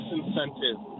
incentive